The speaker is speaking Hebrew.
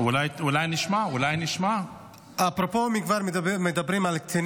אנחנו רוצים התעללות בילדים?